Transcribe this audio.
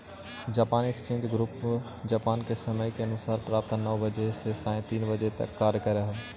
Japan exchange group Japan के समय के अनुसार प्रातः नौ बजे से सायं तीन बजे तक कार्य करऽ हइ